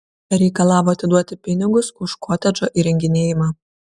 reikalavo atiduoti pinigus už kotedžo įrenginėjimą